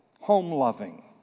home-loving